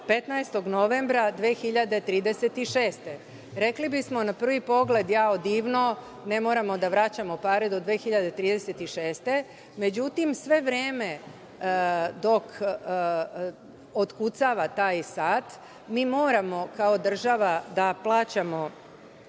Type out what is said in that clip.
15. novembra 2036. godine. Rekli bismo, na prvi pogled, jao divno, ne moramo da vraćamo pare do 2036. godine, međutim sve vreme dok otkucava taj sat mi moramo, kao država, da plaćamo